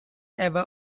ever